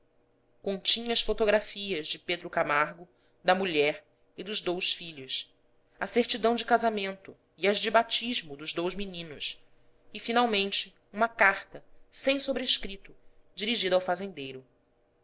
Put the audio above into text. as fotografias de pedro camargo da mulher e dos dous filhos a certidão de casamento e as de batismo dos dous meninos e finalmente uma carta sem sobrescrito dirigida ao fazendeiro